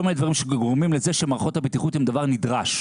מיני דברים שגורמים לכך שמערכות הבטיחות הן דבר נדרש.